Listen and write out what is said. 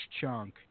chunk